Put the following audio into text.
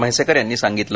म्हैसेकर यांनी सांगितलं